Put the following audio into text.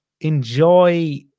enjoy